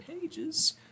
pages